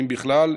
אם בכלל,